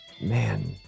man